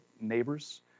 neighbors